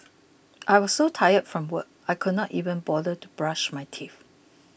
I was so tired from work I could not even bother to brush my teeth